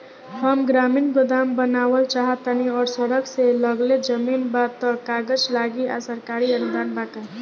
हम ग्रामीण गोदाम बनावल चाहतानी और सड़क से लगले जमीन बा त का कागज लागी आ सरकारी अनुदान बा का?